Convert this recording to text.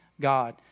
God